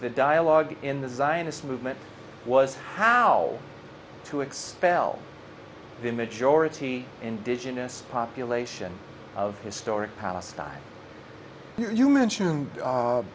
the dialogue in the zionist movement was how to expel the majority indigenous population of historic palestine you mentioned